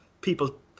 people